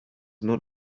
not